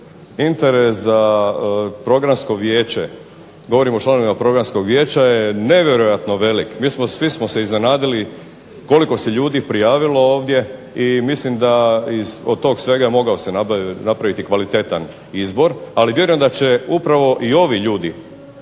interes za Programsko vijeća, govorim o članovima Programskog vijeća je nevjerojatno velik. Mi smo svi se iznenadili koliko se ljudi prijavilo ovdje i mislim da od tog svega mogao se napraviti kvalitetan izbor, ali vjerujem da će upravo i ovi ljudi